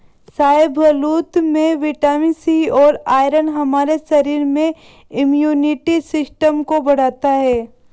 शाहबलूत में vitamin C और आयरन हमारे शरीर में इम्युनिटी सिस्टम को बढ़ता है